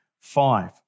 five